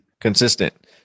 Consistent